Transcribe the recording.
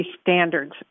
standards